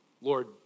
Lord